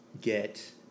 get